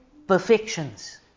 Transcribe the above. Perfections